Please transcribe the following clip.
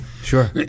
sure